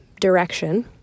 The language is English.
direction